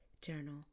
Journal